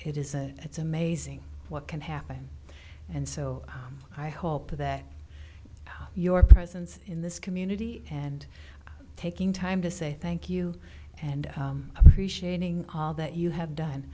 it is a it's amazing what can happen and so i hope that your presence in this community and taking time to say thank you and appreciating all that you have done